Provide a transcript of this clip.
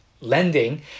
lending